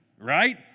Right